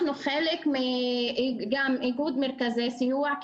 אנחנו חלק מאיגוד מרכזי הסיוע.